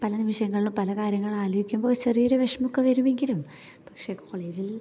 പല നിമിഷങ്ങളും പല കാര്യങ്ങൾ ആലോചിക്കുമ്പോൾ ചെറിയൊരു വിഷമമൊക്കെ വരുവെങ്കിലും പക്ഷേ കോളേജിൽ